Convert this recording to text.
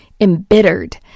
embittered